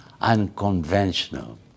unconventional